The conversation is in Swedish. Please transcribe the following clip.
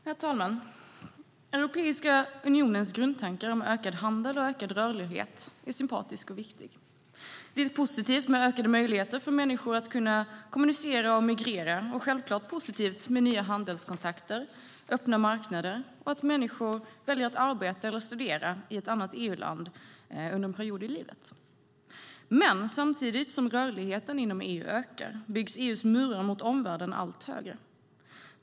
Herr talman! Europeiska unionens grundtanke om ökad handel och ökad rörlighet är sympatisk och viktig. Det är positivt med ökade möjligheter för människor att kommunicera och migrera och självklart positivt med nya handelskontakter, öppna marknader samt att människor väljer att arbeta eller studera i ett annat EU-land under en period i livet. Samtidigt som rörligheten inom EU ökar byggs dock EU:s murar mot omvärlden allt högre.